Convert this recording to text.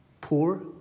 poor